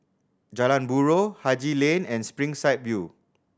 Jalan Buroh Haji Lane and Springside View